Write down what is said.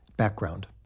Background